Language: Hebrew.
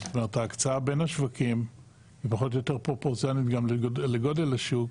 זאת אומרת ההקצאה בין השווקים פחות או יותר פרופורציונלית לגודל השוק.